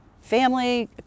family